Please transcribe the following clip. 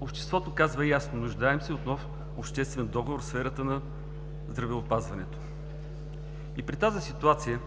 Обществото казва ясно: нуждаем се от нов обществен договор в сферата на здравеопазването. При тази ситуация